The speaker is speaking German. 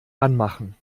anmachen